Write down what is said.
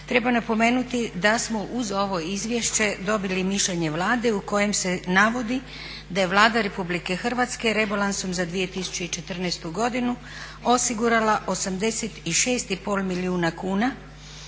treba napomenuti da smo uz ovo izvješće dobili i mišljenje Vlade u kojem se navodi da je Vlada RH rebalansom za 2014. godinu osigurala 86 i pol milijuna kuna